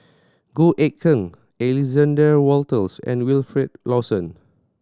Goh Eck Kheng Alexander Wolters and Wilfed Lawson